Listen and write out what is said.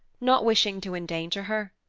not wishing to endanger her.